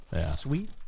Sweet